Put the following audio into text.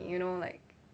you know like